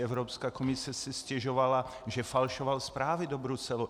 Evropská komise si stěžovala, že falšoval zprávy do Bruselu.